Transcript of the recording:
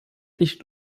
nicht